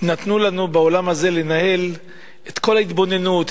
נתנו לנו בעולם הזה לנהל את כל ההתבוננות,